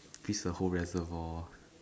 freeze a whole reservoir